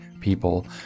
people